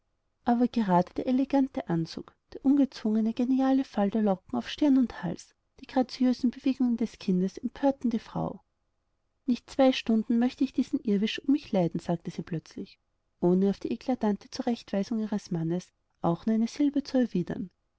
aber gerade der elegante anzug der ungezwungene geniale fall der locken auf stirn und hals die graziösen bewegungen des kindes empörten die frau nicht zwei stunden möchte ich diesen irrwisch um mich leiden sagte sie plötzlich ohne auf die eklatante zurechtweisung ihres mannes auch nur eine silbe zu erwidern